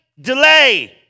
delay